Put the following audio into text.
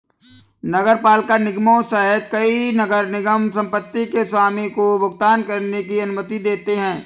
नगरपालिका निगमों सहित कई नगर निगम संपत्ति के स्वामी को भुगतान करने की अनुमति देते हैं